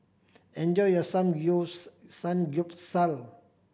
enjoy your Samgyeopsal